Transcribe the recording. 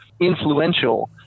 influential